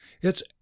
It's